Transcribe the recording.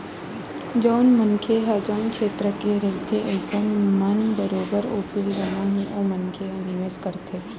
जउन मनखे ह जउन छेत्र के रहिथे अइसन म बरोबर ओ फील्ड म ही ओ मनखे ह निवेस करथे